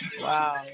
Wow